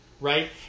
right